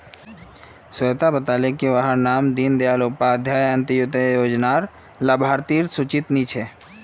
स्वेता बताले की वहार नाम दीं दयाल उपाध्याय अन्तोदय योज्नार लाभार्तिर सूचित नी छे